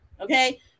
okay